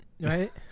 right